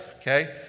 Okay